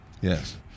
Yes